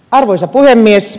arvoisa puhemies